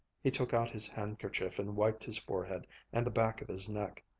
he took out his handkerchief, and wiped his forehead and the back of his neck.